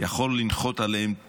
יכול לנחות עליהם טיל,